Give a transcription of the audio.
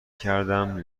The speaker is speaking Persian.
کردم